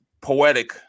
poetic